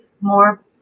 more